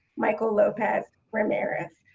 miguel lopez ramirez.